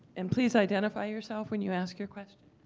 and please identify yourself when you ask your question.